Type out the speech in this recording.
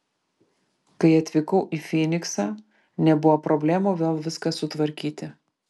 kai atvykau į fyniksą nebuvo problemų vėl viską sutvarkyti